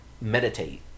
meditate